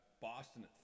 Boston